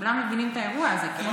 כולם מבינים את האירוע הזה, כן?